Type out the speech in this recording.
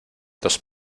dos